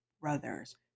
Brothers